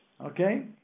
Okay